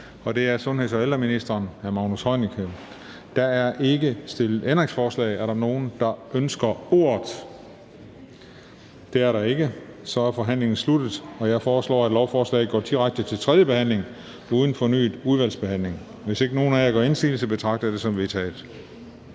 fg. formand (Christian Juhl): Der er ikke stillet ændringsforslag. Er der nogen, der ønsker ordet? Det er der ikke. Så er forhandlingen sluttet. Jeg foreslår, at lovforslaget går direkte til tredje behandling uden fornyet udvalgsbehandling. Hvis ingen gør indsigelse, betragter jeg det som vedtaget.